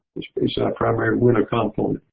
this is our primary winter compote.